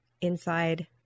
inside